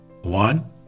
One